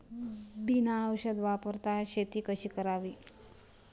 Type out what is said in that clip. बिना औषध वापरता शेती कशी करावी?